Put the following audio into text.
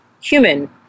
human